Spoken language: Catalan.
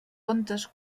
contes